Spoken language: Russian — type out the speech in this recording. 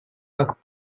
как